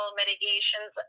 mitigations